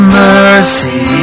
mercy